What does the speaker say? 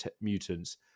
mutants